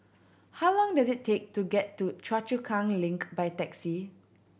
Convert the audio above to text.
how long does it take to get to Choa Chu Kang Link by taxi